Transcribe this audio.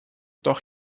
doch